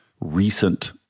recent